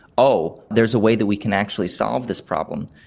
oh, there's a way that we can actually solve this problem,